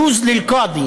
לנסיבות העניין,